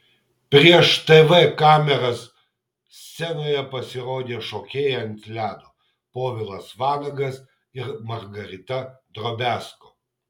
prieš tv kameras scenoje pasirodė šokėjai ant ledo povilas vanagas ir margarita drobiazko